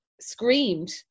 screamed